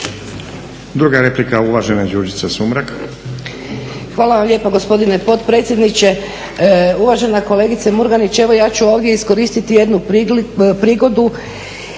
Druga replika uvažene Đurđice Sumrak.